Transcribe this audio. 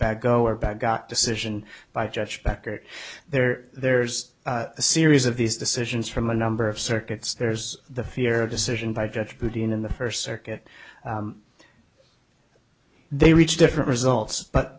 back go or back got decision by judge becker there there's a series of these decisions from a number of circuits there's the fear of decision by judge judy and in the first circuit they reach different results but